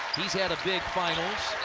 he's had a big finals.